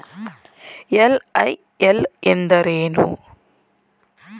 LIL ಎಂದರೇನು?